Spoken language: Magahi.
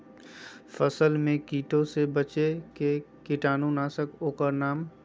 फसल में कीटों से बचे के कीटाणु नाशक ओं का नाम?